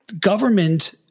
Government